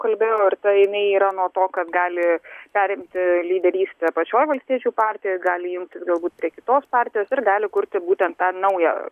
kalbėjau ir tai nei yra nuo to kad gali perimti lyderystę pačioj valstiečių partijoj jis gali jungtis galbūt kitos partijos ir gali kurti būtent tą naują